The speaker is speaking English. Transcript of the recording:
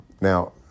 now